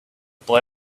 boy